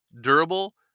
durable